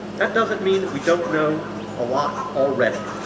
that doesn't mean that we don't know a lot already.